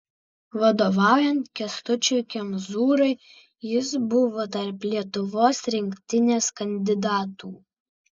vadovaujant kęstučiui kemzūrai jis buvo tarp lietuvos rinktinės kandidatų